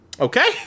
Okay